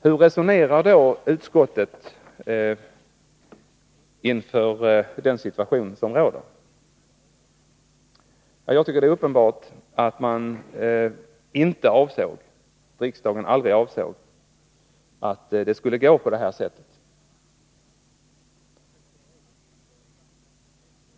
Hur resonerar då utskottet i den situation som råder? Jag tycker det är uppenbart att riksdagen aldrig avsåg att det skulle bli på detta sätt.